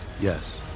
Yes